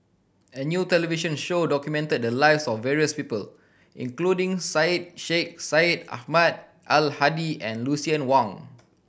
a new television show documented the lives of various people including Syed Sheikh Syed Ahmad Al Hadi and Lucien Wang